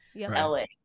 L-A